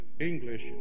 English